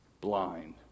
blind